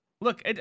Look